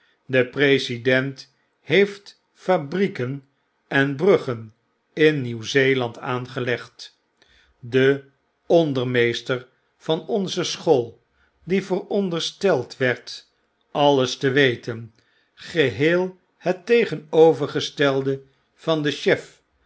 de president heeft fabrieken en bruggen in nieuw-zeeland aangelegd de ondermeester van onze school die verondersteld werd alles te weten geheel het tegenovergestelde van den chef